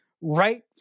right